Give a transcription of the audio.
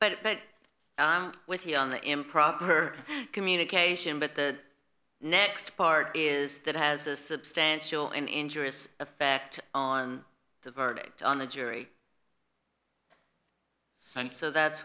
that i'm with you on the improper communication but the next part is that has a substantial and enjoy its effect on the verdict on the jury sent so that